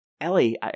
ellie